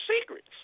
secrets